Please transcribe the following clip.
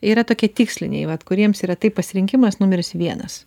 yra tokie tiksliniai vat kuriems yra tai pasirinkimas numeris vienas